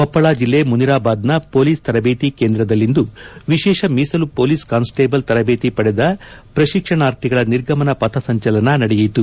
ಕೊಪ್ಪಳ ಜಿಲ್ಲೆ ಮುನಿರಾಬಾದ್ನ ಪೊಲೀಸ್ ತರಬೇತಿ ಕೇಂದ್ರದಲ್ಲಿಂದು ವಿಶೇಷ ಮೀಸಲು ಪೊಲೀಸ್ ಕಾನ್ಸ್ಟೇಬಲ್ ತರಬೇತಿ ಪಡೆದ ಪ್ರಶಿಕ್ಷಣಾರ್ಥಿಗಳ ನಿರ್ಗಮನ ಪಥಸಂಚಲನ ನಡೆಯಿತು